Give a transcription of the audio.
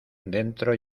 dentro